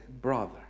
brother